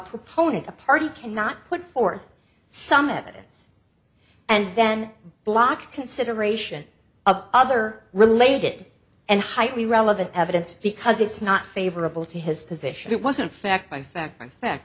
proponent a party cannot put forth some evidence and then block consideration of other related and highly relevant evidence because it's not favorable to his position it wasn't fact by fac